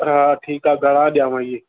हा ठीकु आहे घणा ॾियांव इहे